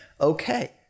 okay